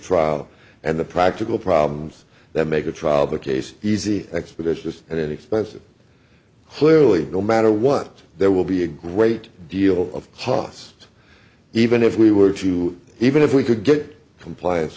trial and the practical problems that make a trial the case easy expeditious and expensive clearly no matter what there will be a great deal of hamas even if we were to even if we could get compliance